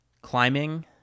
climbing